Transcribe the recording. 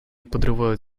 подрывают